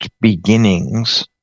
beginnings